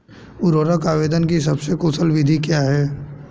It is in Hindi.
उर्वरक आवेदन की सबसे कुशल विधि क्या है?